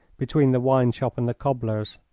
between the wine-shop and the cobbler's.